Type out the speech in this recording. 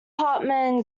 hartman